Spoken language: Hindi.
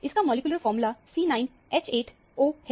इसका मॉलिक्यूलर फार्मूला C9H8O है